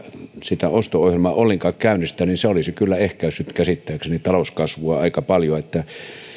sitä osto ohjelmaa ollenkaan käynnistää niin se olisi kyllä ehkäissyt käsittääkseni talouskasvua aika paljon